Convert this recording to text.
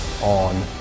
on